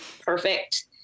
perfect